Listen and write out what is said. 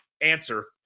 Answer